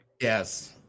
Yes